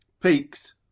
Peaks